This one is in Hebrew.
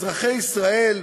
אזרחי ישראל,